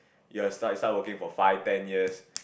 you are start you start working for five ten years